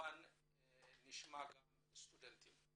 נשמע גם מהסטודנטים.